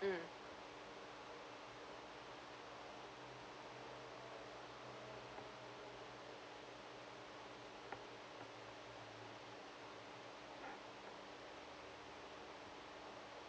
mm